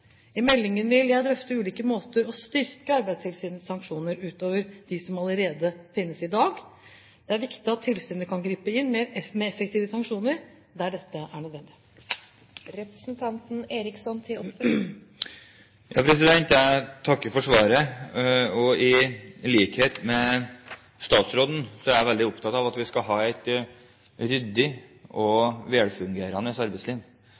I meldingen vil jeg drøfte ulike måter å styrke Arbeidstilsynets sanksjoner på utover de som allerede finnes i dag. Det er viktig at tilsynet kan gripe inn med effektive sanksjoner der det er nødvendig. Jeg takker for svaret. I likhet med statsråden er jeg veldig opptatt av at vi skal ha et ryddig og velfungerende arbeidsliv.